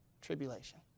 tribulation